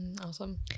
Awesome